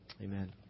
amen